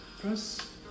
Press